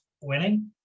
winning